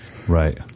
Right